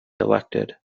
elected